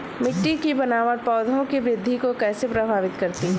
मिट्टी की बनावट पौधों की वृद्धि को कैसे प्रभावित करती है?